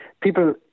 people